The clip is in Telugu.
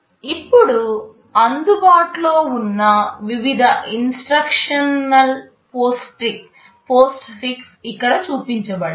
ఇప్పుడు అందుబాటులో ఉన్న వివిధ ఇన్స్ట్రక్షన్ పోస్ట్ఫిక్స్ ఇక్కడ చూపించబడ్డాయి